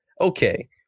Okay